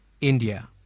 India